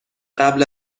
قبل